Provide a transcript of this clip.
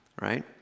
right